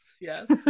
Yes